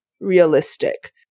realistic